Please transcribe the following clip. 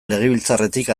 legebiltzarretik